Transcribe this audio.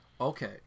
Okay